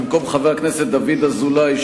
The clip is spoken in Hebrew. במקום חבר הכנסת דוד אזולאי,